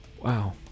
Wow